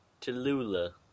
Tallulah